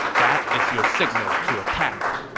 that is your signal to attack.